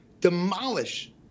demolish